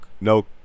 no